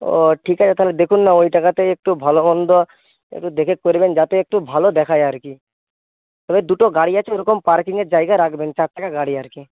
ও ঠিক আছে তাহলে দেখুন না ওই টাকাতেই একটু ভালো মন্দ একটু দেখে করবেন যাতে একটু ভালো দেখায় আর কি তবে দুটো গাড়ি আছে ওরকম পার্কিংয়ের জায়গা রাখবেন চার চাকা গাড়ি আর কি